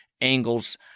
angles